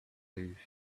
move